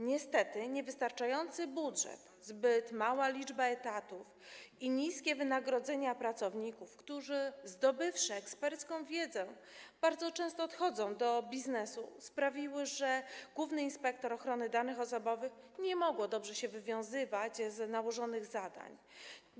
Niestety niewystarczający budżet, zbyt mała liczba etatów i niskie wynagrodzenia pracowników, którzy zdobywszy ekspercką wiedzę, bardzo często odchodzą do biznesu, sprawiły, że główny inspektor ochrony danych osobowych nie mógł dobrze się wywiązywać z nałożonych na niego zadań.